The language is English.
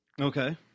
Okay